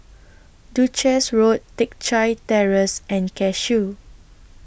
Duchess Road Teck Chye Terrace and Cashew